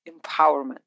empowerment